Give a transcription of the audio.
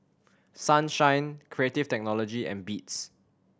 Sunshine Creative Technology and Beats